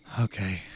Okay